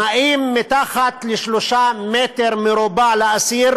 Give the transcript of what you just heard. תנאים מתחת לשלושה מטרים מרובעים לאסיר